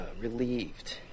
relieved